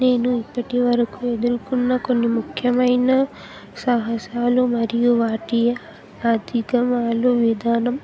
నేను ఇప్పటి వరకు ఎదురుకున్న కొన్ని ముఖ్యమైన సాహసాలు మరియు వాటి అధికమాలు విధానం